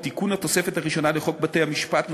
תיקון התוספת הראשונה לחוק בתי-המשפט ,